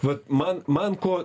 vat man man ko